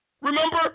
Remember